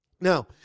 Now